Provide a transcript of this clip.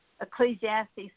Ecclesiastes